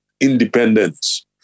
independence